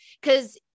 because-